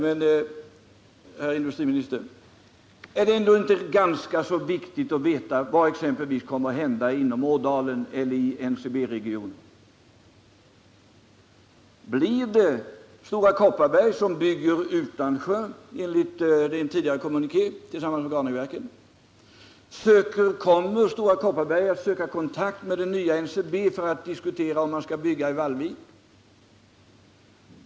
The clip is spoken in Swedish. Men, herr industriminister, är det ändå inte ganska viktigt att veta exempelvis vad som kommer att hända i Ådalen eller i NCB-regionen? Blir det Stora Kopparberg som tillsammans med Graningeverken bygger Utansjö, enligt en tidigare kommuniké? Kommer Stora Kopparberg att söka kontakt med det nya NCB för att diskutera om man skall bygga i Vallvik?